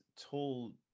told